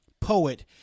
Poet